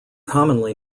commonly